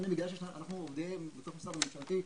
אנחנו עובדים בתוך משרד ממשלתי,